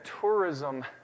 tourism